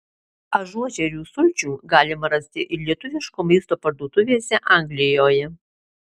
ažuožerių sulčių galima rasti ir lietuviško maisto parduotuvėse anglijoje